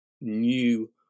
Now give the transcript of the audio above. new